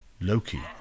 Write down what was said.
Loki